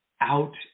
out